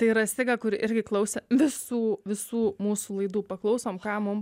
tai yra siga kuri irgi klausė visų visų mūsų laidų paklausom ką mum